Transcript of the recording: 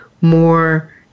more